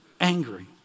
Angry